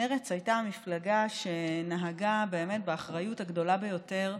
מרצ הייתה המפלגה שנהגה באחריות הגדולה ביותר.